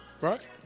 Right